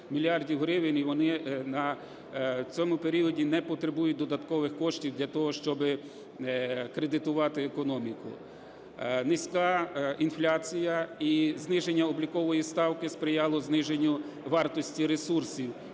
і вони на цьому періоді не потребують додаткових коштів для того, щоб кредитувати економіку. Низька інфляція і зниження облікової ставки сприяло зниженню вартості ресурсів,